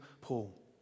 Paul